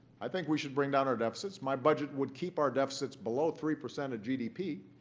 i think we should bring down our deficits my budget would keep our deficits below three percent of gdp.